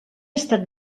estat